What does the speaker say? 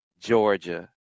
Georgia